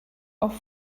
auch